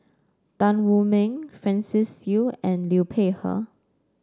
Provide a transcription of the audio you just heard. Tan Wu Meng Francis Seow and Liu Peihe